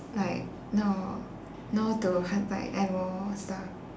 like no no towards like animal stuff